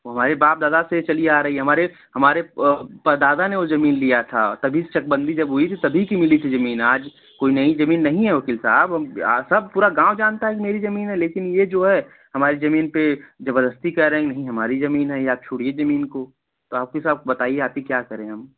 वो हमारे बाप दादा से चली आ रही है हमारे हमारे परदादा ने वो जमीन लिया था तभी से चकबंदी जब हुई थी तभी की मिली थी जमीन आज कोई नई जमीन नहीं है वकील साहब हम आ सब पूरा गाँव जानता है कि मेरी जमीन है लेकिन ये जो है हमारी जमीन पर जबरदस्ती कह रहे हैं कि नहीं हमारी जमीन है ये आप छोड़िए जमीन को तो वकील साहब बताइए आप ही क्या करें हम